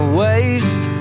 waste